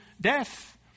death